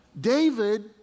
David